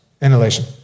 Inhalation